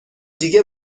دیگه